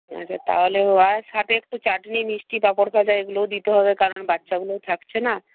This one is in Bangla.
আচ্ছা তাহলে ওর সাথে একটু চাটনি মিষ্টি পাঁপড় ভাজা এগুলোও দিতে হবে কারণ বাচ্চাগুলোও থাকছে না